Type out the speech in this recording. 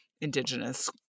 indigenous